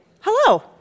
Hello